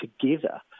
together